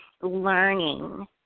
learning